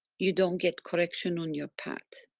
you don't get correction on your path.